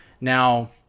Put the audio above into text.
Now